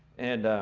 and